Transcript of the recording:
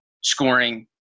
scoring